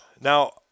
Now